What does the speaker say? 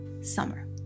Summer